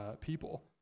people